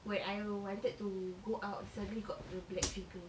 when I wanted to go out suddenly got the black figure